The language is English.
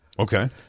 Okay